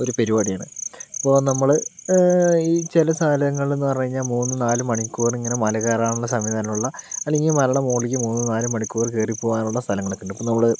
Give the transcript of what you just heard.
ഒരു പരുപാടിയാണ് അപ്പോൾ നമ്മൾ ഈ ചില സ്ഥലങ്ങളിലെന്നു പറഞ്ഞ് കഴിഞ്ഞാൽ മൂന്ന് നാല് മണിക്കൂർ ഇങ്ങനെ മല കയറാനുള്ള സംവിധാനമുള്ള അല്ലെങ്കിൽ മലയുടെ മുകളിലേക്ക് മൂന്ന് നാല് മണിക്കൂർ കയറിപ്പോകാനുള്ള സ്ഥലങ്ങളൊക്കെ ഉണ്ട് ഇപ്പോൾ നമ്മൾ